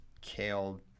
kale –